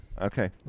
Okay